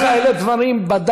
אני אומר לך: אלה דברים בדם,